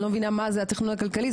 אני לא מבינה מה זה התכנון הכלכלי,